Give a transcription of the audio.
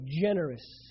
generous